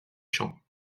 champs